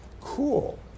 cool